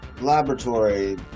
laboratory